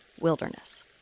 wilderness